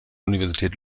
universität